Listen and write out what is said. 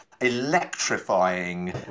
electrifying